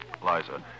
Liza